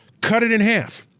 cut it in half.